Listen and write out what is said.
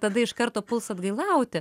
tada iš karto puls atgailauti